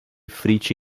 frite